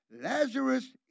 Lazarus